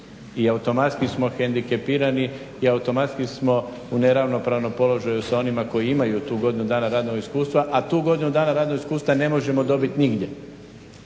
i automatski smo hendikepirani, i automatski smo u u neravnopravnom položaju s onima koji imaju tu godinu dana radnog iskustva, a tu godinu radnog iskustva ne možemo dobiti nigdje.